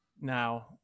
Now